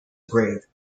grave